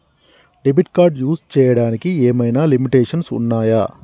Debit card use చేయడానికి ఏమైనా limitations ఉన్నాయా?